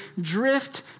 drift